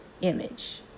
image